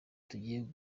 tugiye